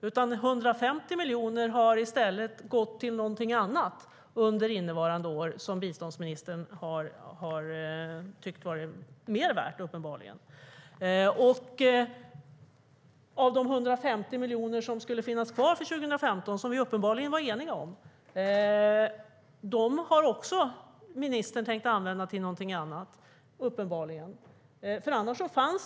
150 miljoner har i stället gått till någonting annat under innevarande år som biståndsministern uppenbarligen tyckte var mer värt.De 150 miljoner som skulle finnas kvar för 2015, som vi var eniga om, har ministern uppenbarligen tänkt använda till någonting annat.